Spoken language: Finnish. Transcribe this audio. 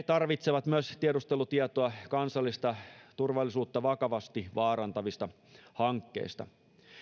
tarvitsevat myös tiedustelutietoa kansallista turvallisuutta vakavasti vaarantavista hankkeista